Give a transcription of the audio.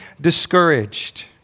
discouraged